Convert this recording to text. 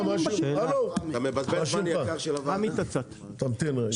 רגע, תמתין רגע.